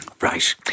Right